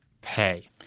pay